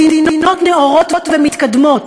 מדינות נאורות ומתקדמות,